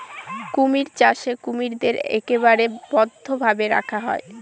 কুমির চাষে কুমিরদের একেবারে বদ্ধ ভাবে রাখা হয়